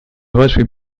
вашей